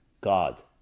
God